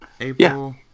April